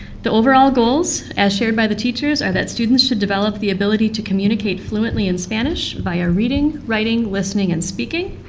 the overall goals as shared by the teachers are that students should develop the ability to communicate fully in spanish via ah reading, writing, listening, and speaking.